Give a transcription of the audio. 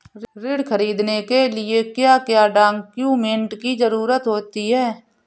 ऋण ख़रीदने के लिए क्या क्या डॉक्यूमेंट की ज़रुरत होती है?